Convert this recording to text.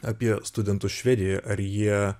apie studentus švedijoje ar jie